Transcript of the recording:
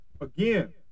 again